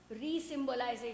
re-symbolization